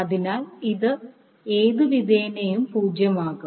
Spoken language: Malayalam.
അതിനാൽ ഇത് ഏതുവിധേനയും പൂജ്യമാകും